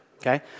okay